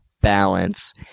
balance